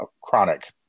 chronic